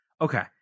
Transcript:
okay